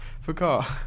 forgot